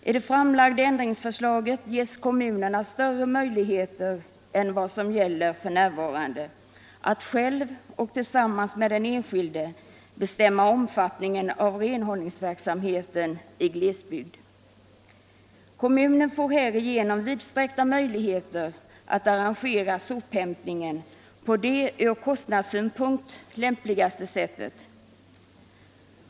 I det framlagda ändringsförslaget ges kommunen större möjligheter än för närvarande att själv och tillsammans med den enskilde bestämma omfattningen av renhållningsverksamheten i glesbygd. Kommunen får härigenom vidsträckta möjligheter att arrangera sophämtningen på det ur kostnadssynpunkt lämpligaste sättet.